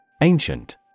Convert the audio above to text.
Ancient